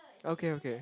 okay okay